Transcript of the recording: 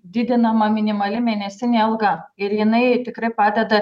didinama minimali mėnesinė alga ir jinai tikrai padeda